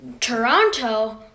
Toronto